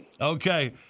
Okay